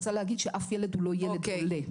שאני רוצה להגיד שאף ילד הוא לא ילד עולה.